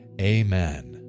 Amen